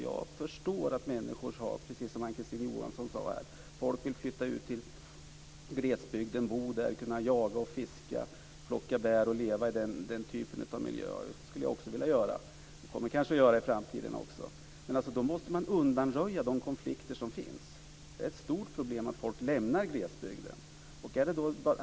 Jag förstår att människor, som Ann-Kristine Johansson sade, vill flytta ut till glesbygden, kunna bo där, jaga och fiska, plocka bär och leva i den typen av miljö - det skulle jag också vilja göra, och jag kommer kanske att göra det i framtiden - men då måste man undanröja de konflikter som finns. Det är ett stort problem att folk lämnar glesbygden.